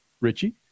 Richie